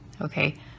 Okay